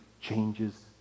changes